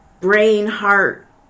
brain-heart